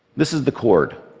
this is the cord.